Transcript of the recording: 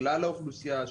לכלל האוכלוסייה.